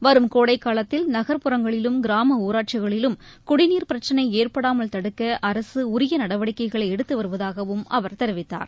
வரும் கோடைகாலத்தில் நகர்ப்புறங்களில் கிராம ஊராட்சிகளிலும் குடிநீர் பிரச்சினை ஏற்படாமல் தடுக்க அரசு உரிய நடவடிக்கைகளை எடுத்து வருவதாகவும் அவர் தெரிவித்தார்